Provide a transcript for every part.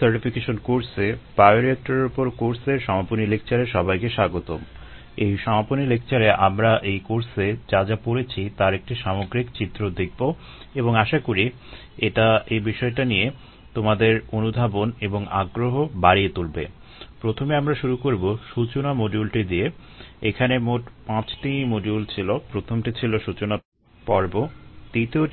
সূচনা মডিউলে আমরা প্রথম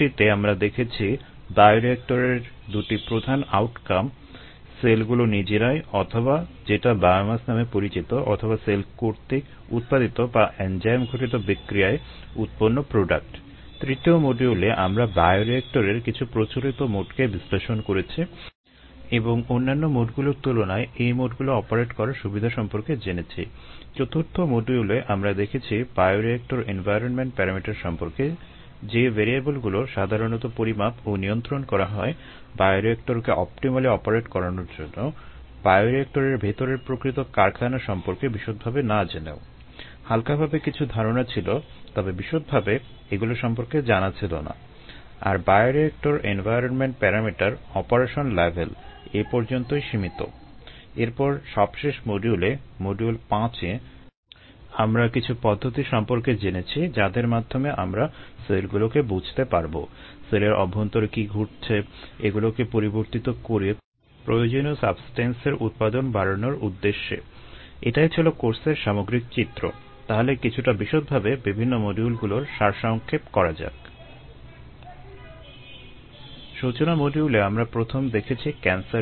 দেখেছি ক্যান্সার